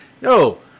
Yo